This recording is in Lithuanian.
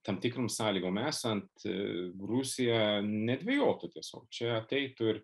tam tikrom sąlygom esant rusija nedvejotų tiesiog čia tai turi